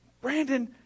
Brandon